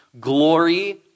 glory